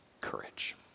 courage